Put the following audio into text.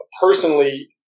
personally